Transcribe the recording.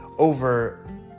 over